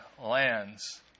lands